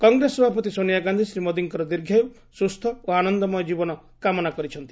କଂଗ୍ରେସ ସଭାପତି ସୋନିଆ ଗାନ୍ଧୀ ଶ୍ରୀ ମୋଦିଙ୍କର ଦୀର୍ଘାୟୁ ସୁସ୍ଥ ଓ ଆନନ୍ଦମୟ ଜୀବନ କାମନା କରିଛନ୍ତି